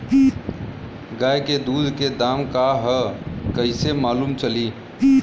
गाय के दूध के दाम का ह कइसे मालूम चली?